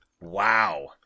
Wow